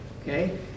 Okay